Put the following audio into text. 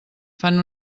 fan